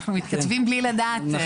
אנחנו מתכתבים בלי לדעת.